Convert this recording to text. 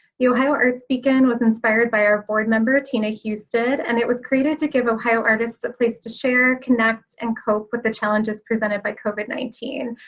the ohio arts beacon was inspired by our board member tina husted, and it was created to give ohio artists a place to share, connect, and cope with the challenges presented by covid nineteen.